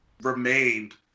remained